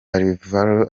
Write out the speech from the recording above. álvaro